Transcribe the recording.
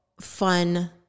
fun